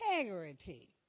integrity